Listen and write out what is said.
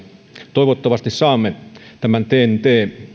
toivottavasti saamme tämän ten t